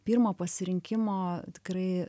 pirmo pasirinkimo tikrai